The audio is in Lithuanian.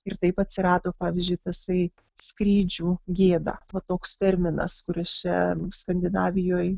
ir taip atsirado pavyzdžiui tasai skrydžių gėda va toks terminas kuris čia skandinavijoj